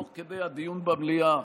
תוך כדי הדיון במליאה,